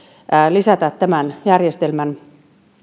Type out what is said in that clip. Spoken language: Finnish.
lisätä tämän järjestelmän